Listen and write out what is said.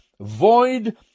void